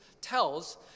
tells